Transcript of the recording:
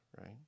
right